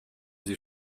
sie